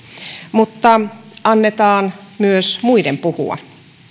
mutta annetaan myös muiden puhua